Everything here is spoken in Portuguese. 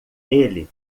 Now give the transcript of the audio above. ele